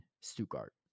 Stuttgart